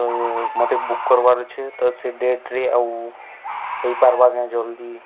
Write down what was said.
ତ ମୋତେ ବୁକ୍ କରବାର୍ ଅଛେ ତ ସେ ଡେଟ୍ରେ ଆଉ ହେଇପାର୍ବାଜ୍ଞା ଜଲ୍ଦି